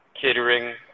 catering